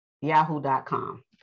yahoo.com